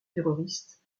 terroristes